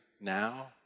now